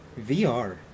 VR